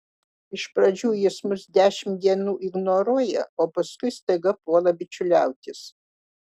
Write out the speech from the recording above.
iš pradžių jis mus dešimt dienų ignoruoja o paskui staiga puola bičiuliautis